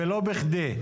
ולא בכדי.